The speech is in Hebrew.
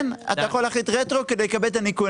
כן, אתה יכול להחליט רטרו כדי לקבל את הניכוי.